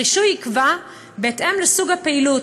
הרישוי ייקבע בהתאם לסוג הפעילות,